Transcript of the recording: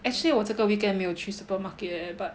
actually 我这个 weekend 没有去 supermarket leh but